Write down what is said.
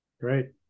Great